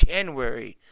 January